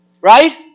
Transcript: Right